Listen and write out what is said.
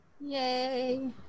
Yay